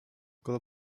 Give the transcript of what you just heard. good